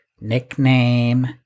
nickname-